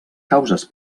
causes